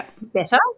better